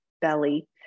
belly